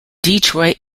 detroit